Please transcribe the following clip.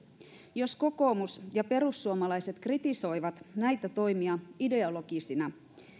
jos kokoomus ja perussuomalaiset kritisoivat näitä toimia ideologisina